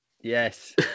Yes